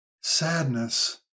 sadness